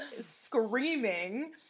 screaming